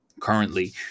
currently